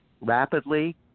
rapidly